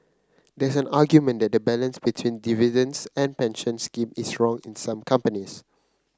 there's an argument that the balance between dividends and pension scheme is wrong in some companies